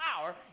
power